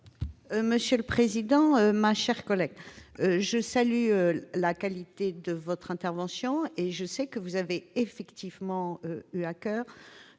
commission ? Ma chère collègue, je salue la qualité de votre intervention et je sais que vous avez effectivement eu à coeur